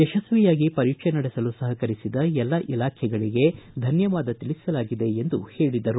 ಯಶಸ್ವಿಯಾಗಿ ಪರೀಕ್ಷೆ ನಡೆಸಲು ಸಹಕರಿಸಿದ ಎಲ್ಲ ಇಲಾಖೆಗಳಗೆ ಧನ್ವವಾದ ತಿಳಿಸಲಾಗಿದೆ ಎಂದು ಹೇಳಿದರು